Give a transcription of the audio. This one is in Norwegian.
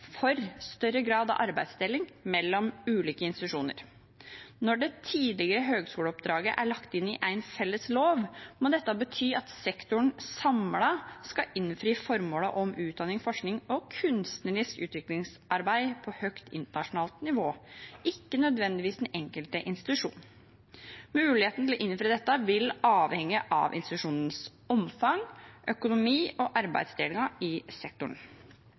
for større grad av arbeidsdeling mellom ulike institusjoner. Når det tidligere høyskoleoppdraget er lagt inn i en felles lov, må dette bety at sektoren samlet skal innfri formålet om utdanning, forskning og kunstnerisk utviklingsarbeid på høyt internasjonalt nivå – ikke nødvendigvis den enkelte institusjon. Muligheten til å innfri dette vil avhenge av institusjonens omfang, økonomi og arbeidsdelingen i sektoren.